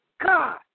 God